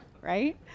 right